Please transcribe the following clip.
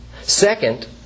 Second